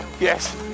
Yes